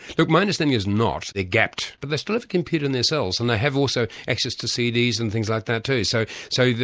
look my understanding is not. they're gapped. but they still have a computer in their cells, and they have also access to cds and things like that too. so so you